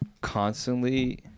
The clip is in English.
constantly